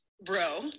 bro